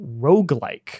roguelike